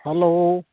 hello